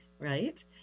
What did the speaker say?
right